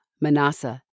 Manasseh